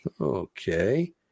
Okay